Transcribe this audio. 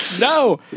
No